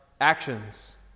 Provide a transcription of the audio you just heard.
actions